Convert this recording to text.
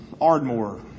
Ardmore